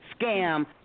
scam